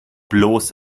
bloß